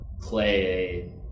play